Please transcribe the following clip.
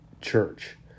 church